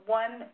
one